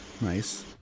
nice